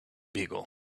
beagle